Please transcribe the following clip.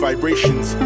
Vibrations